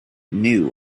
knew